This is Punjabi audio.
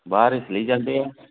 ਬਾਹਰ ਇਸ ਲਈ ਜਾਂਦੇ ਆ